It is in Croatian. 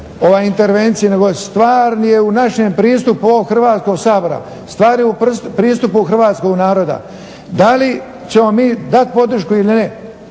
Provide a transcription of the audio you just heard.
ovdje intervenciji, nego stvar je u našem pristupu ovog Hrvatskog sabora, stvar je u pristupu hrvatskog naroda da li ćemo mi dat podršku ili ne.